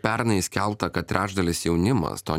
pernai skelbta kad trečdalis jaunimas to